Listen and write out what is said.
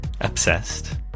obsessed